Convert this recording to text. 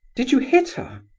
did you hit her?